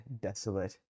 desolate